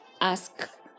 ask